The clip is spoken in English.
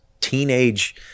teenage